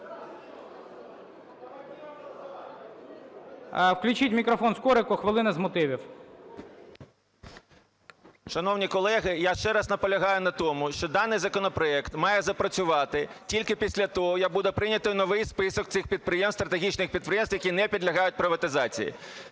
Включіть мікрофон Скорику, хвилину з мотивів. 17:03:49 СКОРИК М.Л. Шановні колеги, я ще раз наполягаю на тому, що даний законопроект має запрацювати тільки після того як буде прийнятий новий список цих підприємств, стратегічних підприємств, які не підлягають приватизації.